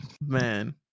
Man